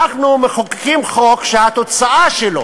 אנחנו מחוקקים חוק שהתוצאה שלו